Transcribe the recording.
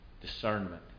discernment